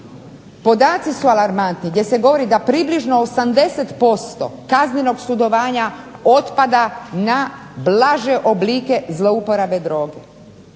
Podaci su alarmantni gdje se govori da približno 80% kaznenog sudovanja otpada na blaže oblike zlouporabe droge